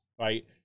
right